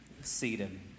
seated